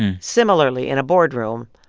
similarly, in a boardroom,